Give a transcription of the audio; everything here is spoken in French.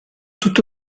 toute